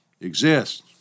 exists